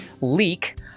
leak